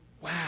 Wow